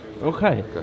Okay